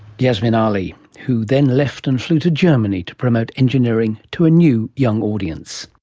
yasmin ali, who then left and flew to germany to promote engineering to a new young audience